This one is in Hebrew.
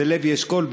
זה לוי אשכול,